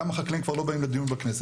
החקלאים גם כבר לא באים לדיון בכנסת,